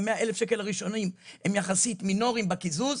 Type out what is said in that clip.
ה-100 אלף שקל הראשונים הם יחסית מינוריים בקיזוז.